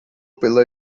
pela